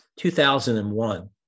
2001